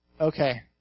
Okay